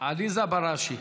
עליזה בראשי,